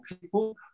people